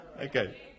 Okay